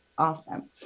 Awesome